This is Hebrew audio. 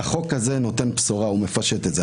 החוק הזה נותן בשורה, הוא מפשט את זה.